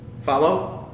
Follow